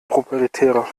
proprietärer